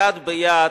יד ביד,